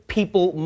People